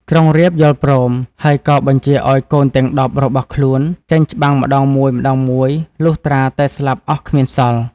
ក្រុងរាពណ៍យល់ព្រម ហើយក៏បញ្ជាឱ្យកូនទាំង១០របស់ខ្លួនចេញច្បាំងម្តងមួយៗលុះត្រាតែស្លាប់អស់គ្មានសល់។